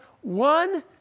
one